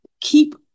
keep